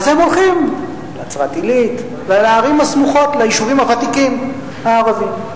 אז הם הולכים לנצרת-עילית ולערים הסמוכות ליישובים הוותיקים הערביים.